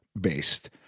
based